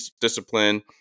discipline